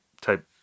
type